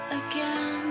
again